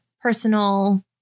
personal